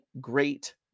great